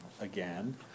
again